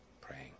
praying